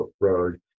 Road